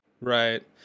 Right